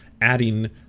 adding